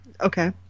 Okay